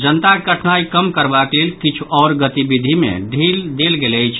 जनताक कठिनाई कम करबाक लेल किछु आओर गतिविधि मे ढिल देल गेल अछि